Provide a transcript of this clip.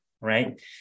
right